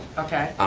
okay.